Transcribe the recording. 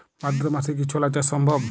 ভাদ্র মাসে কি ছোলা চাষ সম্ভব?